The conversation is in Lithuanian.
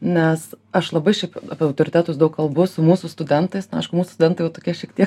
nes aš labai šiaip apie autoritetus daug kalbu su mūsų studentais nu aišku mūsų studentai jau tokia šiek tiek